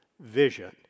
vision